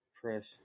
press